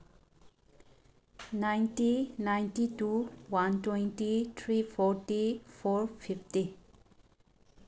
ninety ninety two one twenty three forty four fifty